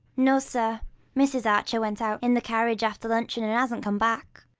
no, sir mrs. archer went out in the carriage after luncheon, and hasn't come back.